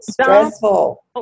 stressful